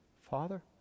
Father